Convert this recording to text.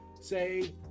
say